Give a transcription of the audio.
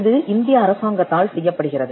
இது இந்திய அரசாங்கத்தால் செய்யப்படுகிறது